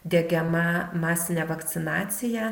diegiama masinė vakcinacija